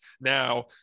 now